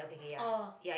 orh